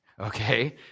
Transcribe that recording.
Okay